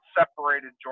separated